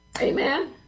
Amen